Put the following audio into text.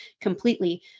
completely